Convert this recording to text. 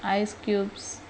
ice cubes